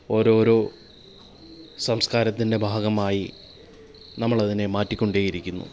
ഓരോരോ സംസ്കാരത്തിൻറെ ഭാഗമായി നമ്മൾ അതിനെ മാറ്റി കൊണ്ടേയിരിക്കുന്നു